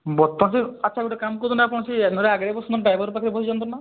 ବର୍ତ୍ତମାନ ସେ ଆଚ୍ଛା ଗୋଟେ କାମ କରନ୍ତୁ ଆପଣ ସେ ନହେଲେ ଆଗରେ ବସନ୍ତୁ ଡ୍ରାଇଭର ପାଖରେ ବସିଯାଆନ୍ତୁ ନା